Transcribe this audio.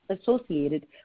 associated